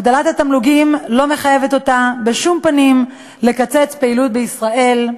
הגדלת התמלוגים לא מחייבת אותה בשום פנים לקצץ פעילות בישראל.